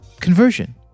conversion